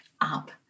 up